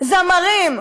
זמרים,